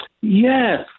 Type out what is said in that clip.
Yes